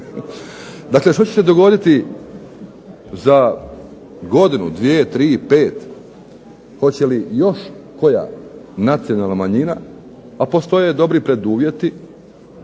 Dakle, što će se dogoditi za godinu, dvije, tri, pet? Hoće li još koja nacionalna manjina, a postoje dobri preduvjeti,